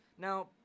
Now